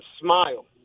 smile